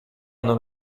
non